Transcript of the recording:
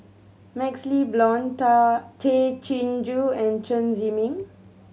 MaxLe Blond Tay Chin Joo and Chen Zhiming